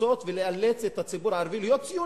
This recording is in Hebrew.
ולנסות ולאלץ את הציבור הערבי להיות ציוני.